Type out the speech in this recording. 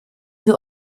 wir